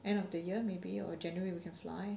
end of the year maybe or january we can fly